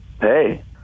hey